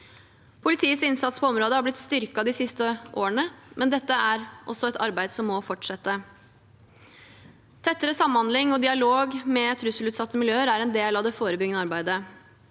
Politiets innsats på området har blitt styrket de siste årene, men dette er et arbeid som må fortsette. Tettere samhandling og dialog med trusselutsatte miljøer er en del av det forebyggende arbeidet.